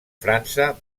frança